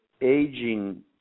aging